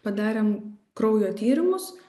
padarėm kraujo tyrimus